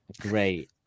Great